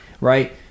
right